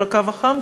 אל הקו החם,